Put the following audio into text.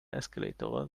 escalator